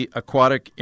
aquatic